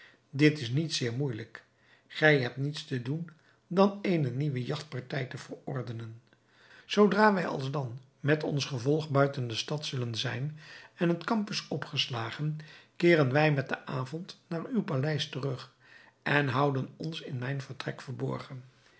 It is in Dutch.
dit is niet zeer moeijelijk gij hebt niets te doen dan eene nieuwe jagtpartij te verordenen zoodra wij alsdan niet ons gevolg buiten de stad zullen zijn en het kamp is opgeslagen keeren wij met den avond naar uw paleis terug en houden ons in mijn vertrek verborgen